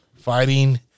fighting